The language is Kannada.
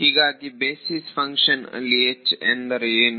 ಹೀಗಾಗಿಬೇಸಿಸ್ ಫಂಕ್ಷನ್ ಅಲ್ಲಿ ಅಂದರೆ ಏನು